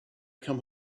come